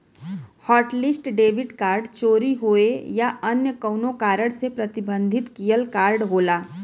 hotlist debit card चोरी होये या अन्य कउनो कारण से प्रतिबंधित किहल कार्ड होला